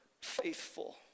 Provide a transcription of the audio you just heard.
faithful